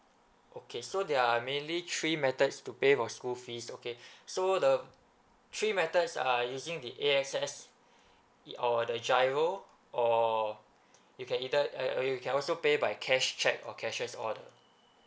okay so there are mainly three methods to pay for school fees okay so the three methods are using the A_X_S ei~ or the giro or you can either uh uh you can also pay by cash check or cashiers order